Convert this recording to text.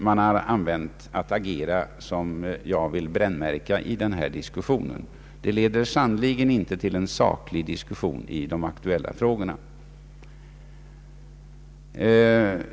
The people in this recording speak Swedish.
Detta sätt att agera i debatten vill jag brännmärka. Det leder sannerligen inte till en saklig diskussion i de aktuella frågorna.